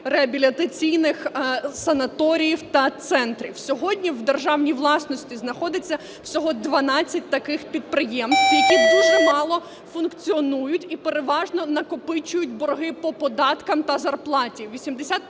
реабілітаційних санаторіїв та центрів. Сьогодні в державній власності знаходиться всього 12 таких підприємств, які дуже мало функціонують і переважно накопичують борги по податкам та зарплаті.